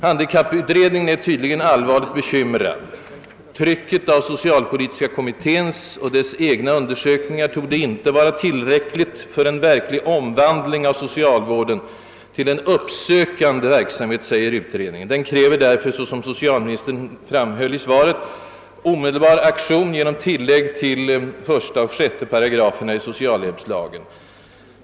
Handikapputredningen är tydligen allvarligt bekymrad över läget. Trycket av socialpolitiska kommitténs och dess egna undersökningar torde inte vara tillräckligt för en verklig omvandling av socialvården till en uppsökande verksamhet, säger utredningen uttryckligen. Den kräver därför, såsom socialministern framhöll i svaret, omedelbar aktion genom tillägg till 1 och 6 §§ socialhjälpslagen.